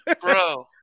Bro